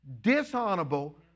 dishonorable